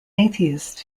atheist